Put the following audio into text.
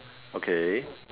okay